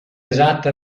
esatta